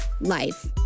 life